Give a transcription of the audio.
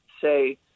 say